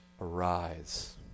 arise